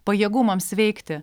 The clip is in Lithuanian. pajėgumams veikti